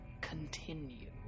continue